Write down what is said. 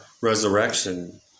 resurrection